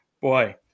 boy